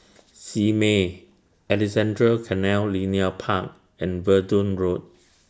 Simei Alexandra Canal Linear Park and Verdun Road